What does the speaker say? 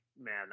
man